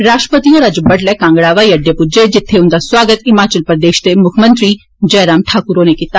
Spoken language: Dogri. राष्ट्रपति होर अज्ज बड्डलै कागड़ा हवाई अड्डे पुज्जै जित्थे उन्दा सौआगत हिमाचल प्रदेश दे मुक्खमंत्री जयराम ठाकुर होरें कीता